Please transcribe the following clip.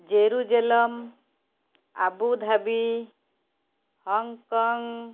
Jerusalem Abu Dhabi Hong Kong